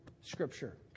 Scripture